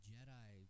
Jedi